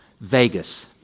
Vegas